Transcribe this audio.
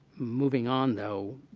moving on, though,